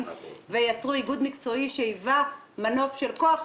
ויצרו איגוד מקצועי שהיווה מנוף של כוח,